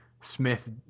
Smith